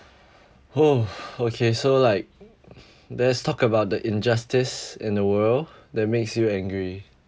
okay so like there's talk about the injustice in the world that makes you angry